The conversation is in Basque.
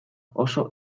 oso